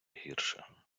гірше